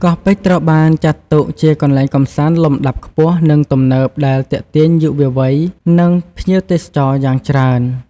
កោះពេជ្រត្រូវបានចាត់ទុកជាកន្លែងកម្សាន្តលំដាប់ខ្ពស់ និងទំនើប ដែលទាក់ទាញយុវវ័យ និងភ្ញៀវទេសចរយ៉ាងច្រើន។